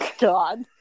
God